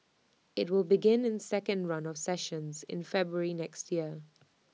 IT will begin in second run of sessions in February next year